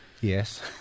Yes